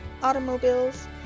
automobiles